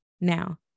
Now